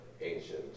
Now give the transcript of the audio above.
ancient